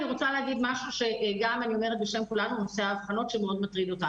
אני רוצה להגיד משהו בעניין ההבחנות שמטריד אותנו.